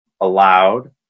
allowed